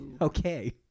Okay